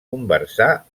conversar